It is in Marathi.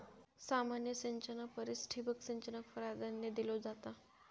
सामान्य सिंचना परिस ठिबक सिंचनाक प्राधान्य दिलो जाता